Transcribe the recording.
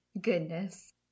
goodness